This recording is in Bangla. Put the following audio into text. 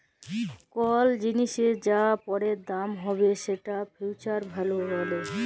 কল জিলিসের যা পরের দাম হ্যবেক সেটকে ফিউচার ভ্যালু ব্যলে